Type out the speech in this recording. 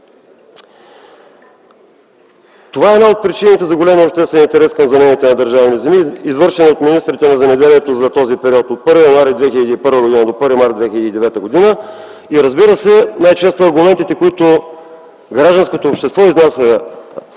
Това е една от причините за големия обществен интерес към замените на държавни земи, извършени от министрите на земеделието за периода от 1 януари 2001 до 1 март 2009 г. Най-често аргументите, които гражданското общество изнася